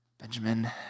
Benjamin